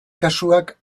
kasuak